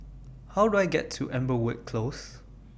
How Do I get to Amberwood Close